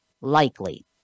likely